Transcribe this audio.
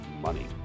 money